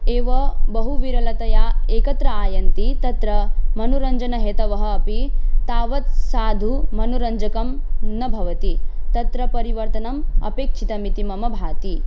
एव बहुविरलतया एकत्र आयान्ति तत्र मनोरञ्जनहेतवः अपि तावत् साधुमनोरञ्जकं न भवति तत्र परिवर्तनम् अपेक्षितम् इति मम भाति